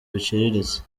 biciriritse